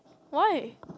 why